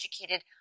educated